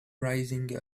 rising